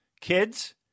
Kids